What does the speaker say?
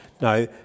Now